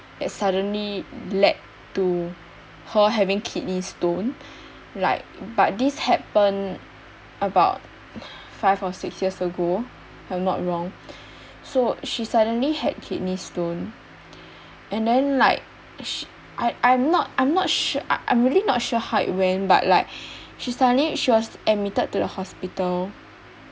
that suddenly led to her having kidney stone like but this happen about five or six years ago if I'm not wrong so she suddenly had kidney stone and then like sh~ I I'm not I'm not sur~ I I'm really not sure how it went but like she suddenly she was admitted to the hospital